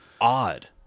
odd